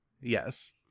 Yes